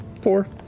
Four